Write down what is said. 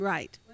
Right